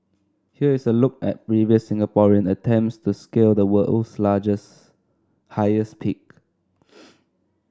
here is a look at previous Singaporean attempts to scale the world's largest peak